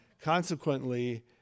consequently